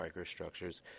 microstructures